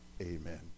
Amen